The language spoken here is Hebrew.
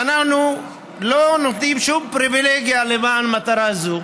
ואנחנו לא נותנים שום פריבילגיה למען מטרה זו,